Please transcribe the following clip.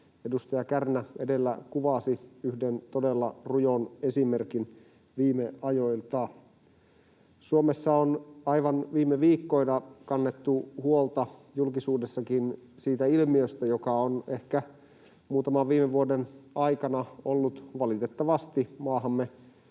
edustaja Kärnä edellä kuvasi yhden todella rujon esimerkin viime ajoilta. Suomessa on aivan viime viikkoina kannettu julkisuudessakin huolta siitä ilmiöstä, joka on ehkä muutaman viime vuoden aikana, valitettavasti, maahamme